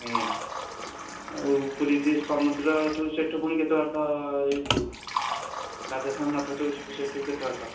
ଆଜ୍ଞା ଆଉ ପୁରୀରେ ସମୁଦ୍ର ସେଠୁ ପୁଣି କେତେ ବାଟ ଏଇଠୁ ରାଧା ଶ୍ୟାମ ମଠରୁ ସେଠୁ କେତେ ବାଟ